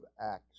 Acts